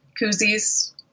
koozies